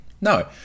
no